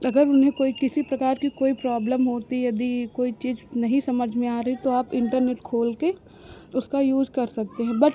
अगर उन्हें कोई किसी प्रकार की कोई प्रॉब्लम होती यदि कोई चीज़ नहीं समझ में आ रही तो आप इन्टरनेट खोलकर उसका यूज़ कर सकते हैं बट